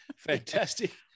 Fantastic